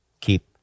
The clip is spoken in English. Keep